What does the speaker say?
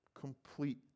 complete